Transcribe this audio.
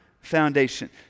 foundation